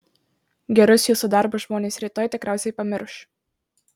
gerus jūsų darbus žmonės rytoj tikriausiai pamirš